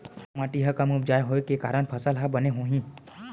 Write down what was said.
का माटी हा कम उपजाऊ होये के कारण फसल हा बने होही?